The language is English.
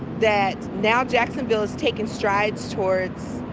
that now jacksonville has taken strides towards.